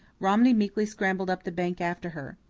romney meekly scrambled up the bank after her.